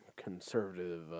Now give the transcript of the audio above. conservative